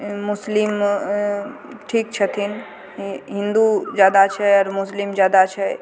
मुस्लिम ठीक छथिन हिन्दू जादा छै आओर मुस्लिम जादा छै